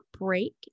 break